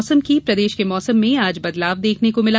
मौसम प्रदेश के मौसम में आज बदलाव देखने को मिला